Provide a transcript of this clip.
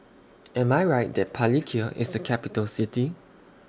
Am I Right that Palikir IS A Capital City